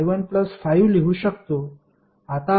आपण i2i15 लिहू शकतो